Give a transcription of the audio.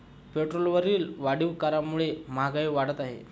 पेट्रोलवरील वाढीव करामुळे महागाई वाढत आहे